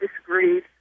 disagreed